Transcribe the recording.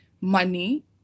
money